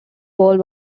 world